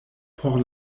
por